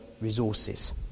resources